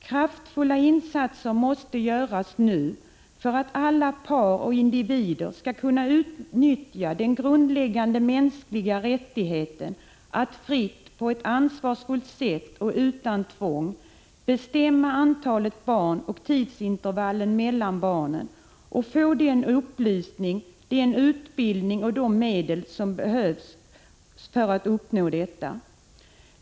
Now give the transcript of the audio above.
Kraftfulla insatser måste göras nu för att alla par och individer skall kunna utnyttja den grundläggande mänskliga rättigheten att fritt, på ett ansvarsfullt sätt och utan tvång bestämma antalet barn och tidsintervallen mellan barnen och få den upplysning, den utbildning och de medel som krävs för att uppnå detta.